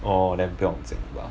orh then 不用紧吧